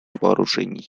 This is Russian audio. вооружений